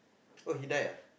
oh he died ah